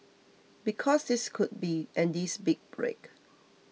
because this could be Andy's big break